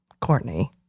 Courtney